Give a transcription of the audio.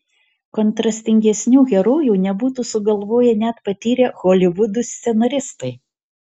kontrastingesnių herojų nebūtų sugalvoję net patyrę holivudo scenaristai